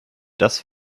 das